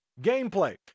Gameplay